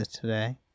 today